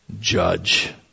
judge